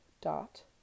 dot